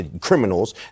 criminals